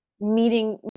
meeting